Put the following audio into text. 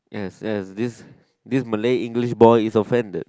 yes yes this this Malay English boy is offended